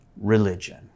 religion